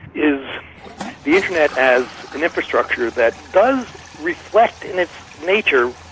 is the internet as an infrastructure that does reflect in its nature,